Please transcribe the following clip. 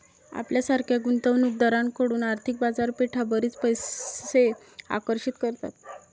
आपल्यासारख्या गुंतवणूक दारांकडून आर्थिक बाजारपेठा बरीच पैसे आकर्षित करतात